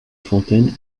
fontaine